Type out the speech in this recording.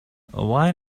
why